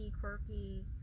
quirky